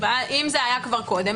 אם זה היה כבר קודם,